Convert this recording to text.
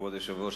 כבוד היושב-ראש,